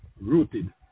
rooted